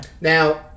Now